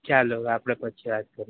ચાલો આપણે પછી વાત કરીએ